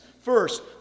First